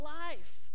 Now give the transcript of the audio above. life